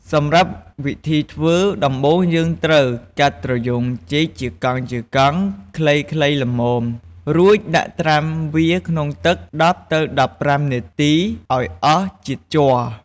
សម្រាប់វិធីធ្វើ ដំបូងយើងត្រូវ កាត់ត្រយូងចេកជាកង់ៗ ខ្លីៗល្មម រួចដាក់ត្រាំវាក្នុងទឹក១០ទៅ១៥នាទីអោយអស់ជាតិជ័រ។